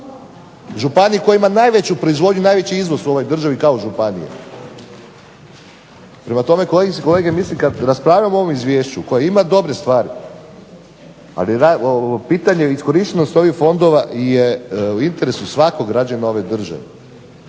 Županija koja ima najveću proizvodnju, najveći izvoz u ovoj državi kao županija. Prema tome, kolegice i kolege, mislim kad raspravljamo o ovom izvješću koje ima dobre stvari, ali pitanje je iskorištenosti ovih fondova je u interesu svakog građanina ove države.